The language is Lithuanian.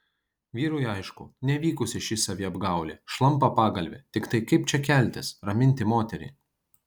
vyrui aišku nevykusi ši saviapgaulė šlampa pagalvė tiktai kaip čia keltis raminti moterį